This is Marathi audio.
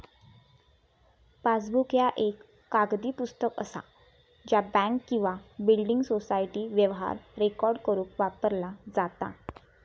पासबुक ह्या एक कागदी पुस्तक असा ज्या बँक किंवा बिल्डिंग सोसायटी व्यवहार रेकॉर्ड करुक वापरला जाता